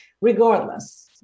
Regardless